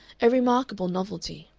a remarkable novelty.